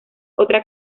otra